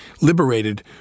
liberated